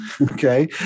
Okay